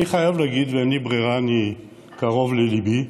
אני חייב להגיד, ואין לי ברירה, אני קרוב לליבי,